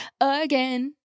again